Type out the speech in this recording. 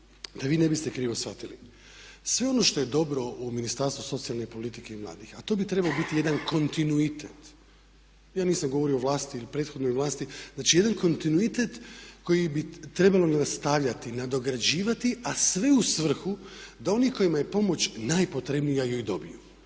da vi ne biste krivo shvatili. Sve ono što je dobro u Ministarstvu socijalne politike i mladih a to bi trebao biti jedan kontinuitet. Ja nisam govorio o vlasti ili prethodnoj vlasti, znači jedan kontinuitet koji bi trebalo nastavljati i nadograđivati a sve uz svrhu da oni kojima je pomoć najpotrebnija ju i dobiju.